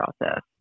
process